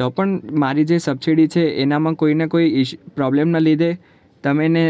તો પણ મરી જે સબસિડી છે એનામાં કોઈને કોઈ ઈ પ્રોબલમના લીધે તમે એને